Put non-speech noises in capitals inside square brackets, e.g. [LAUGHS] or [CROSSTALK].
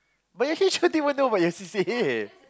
but H_O_D don't even know about your C_C_A [LAUGHS]